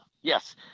Yes